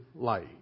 light